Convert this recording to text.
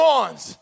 ones